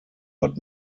but